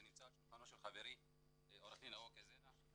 זה נמצא על שולחנו של חברי עו"ד אווקה זנה,